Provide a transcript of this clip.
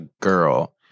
girl